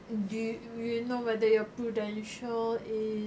do do you know whether your prudential is